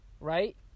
right